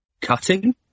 cutting